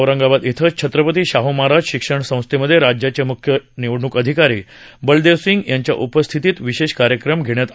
औरंगाबाद इथं छत्रपती शाह महाराज शिक्षण संस्थेमध्ये राज्याचे मुख्य निवडणूक अधिकारी बलदेव सिंग यांच्या उपस्थितीत विशेष कार्यक्रम घेण्यात येत आहे